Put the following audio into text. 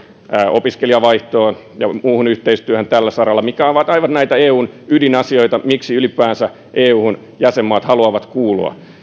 opiskelijavaihtoon ja muuhun yhteistyöhön tällä saralla mitkä ovat aivan näitä eun ydinasioita miksi ylipäänsä euhun jäsenmaat haluavat kuulua